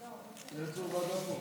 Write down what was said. אין צורך בוועדה פה.